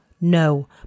No